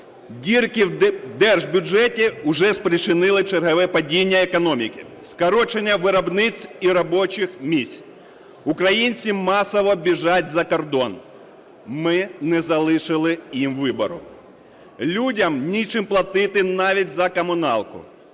дірки в держбюджеті вже спричинили чергове падіння економіки, скорочення виробництв і робочих місць, українці масово біжать за кордон. Ми не залишили їм вибору – людям нічим платити навіть за комуналку.